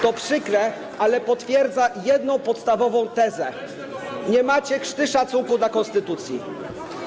To przykre, ale potwierdza jedną, podstawową tezę: nie macie krzty szacunku dla konstytucji.